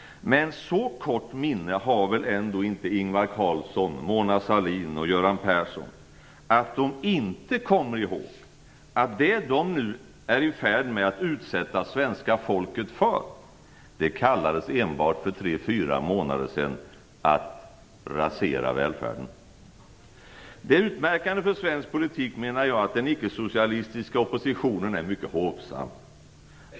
Men så kort minne har väl ändå inte Ingvar Carlsson, Mona Sahlin och Göran Persson att de inte kommer ihåg att det de nu är i färd med att utsätta det svenska folket för kallades enbart för tre fyra månader sedan för att rasera välfärden. Jag menar att det är utmärkande för svensk politik att den icke-socialistiska oppositionen är mycket hovsam.